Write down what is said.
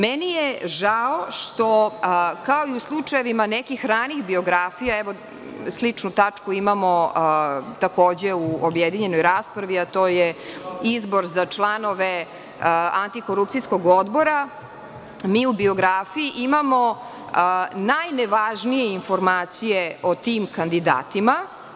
Meni je žao što, kao i u slučajevima nekih ranijih biografija, evo sličnu tačku imamo takođe u objedinjenoj raspravi, a to je izbor za članove Antikorupcijskog odbora, mi u biografiji imamo najnevažnije informacije o tim kandidatima.